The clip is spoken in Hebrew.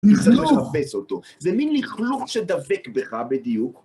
ליכלוך, זה מין ליכלוך שדבק בך בדיוק.